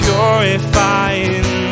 Purifying